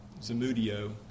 Zamudio